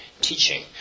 teaching